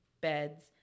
beds